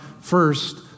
first